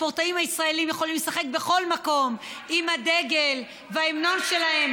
ושהספורטאים הישראלים יכולים לשחק בכל מקום עם הדגל וההמנון שלהם.